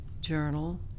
journal